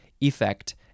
effect